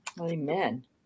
Amen